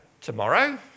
tomorrow